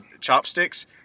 chopsticks